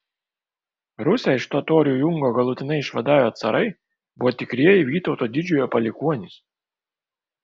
rusią iš totorių jungo galutinai išvadavę carai buvo tikrieji vytauto didžiojo palikuonys